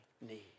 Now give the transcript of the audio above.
need